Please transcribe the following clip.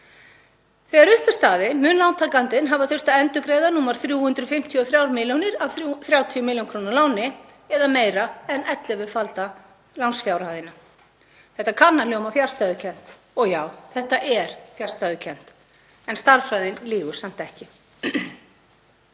Þegar upp er staðið mun lántakandinn hafa þurft að endurgreiða rúmar 353 milljónir af 30 millj. kr. láni eða meira en ellefufalda lánsfjárhæðina. Þetta kann að hljóma fjarstæðukennt og já, þetta er fjarstæðukennt en stærðfræðin lýgur samt ekki.